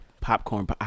popcorn